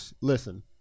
listen